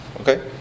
Okay